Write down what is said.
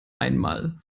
einmal